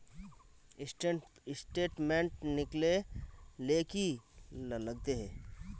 Statement निकले ले की लगते है?